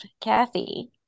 Kathy